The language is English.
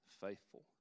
faithful